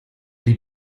die